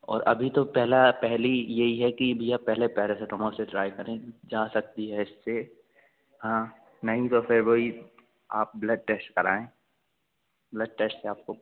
और अभी तो पहला पहली यही है कि भैया पहले पेरासिटामोल से ट्राई करें जा सकती है इससे हाँ नहीं तो फिर वो ही आप ब्लड टेस्ट कराएँ ब्लड टेस्ट आपको